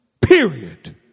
Period